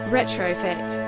Retrofit